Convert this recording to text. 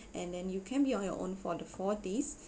and then you can be on your own for the four days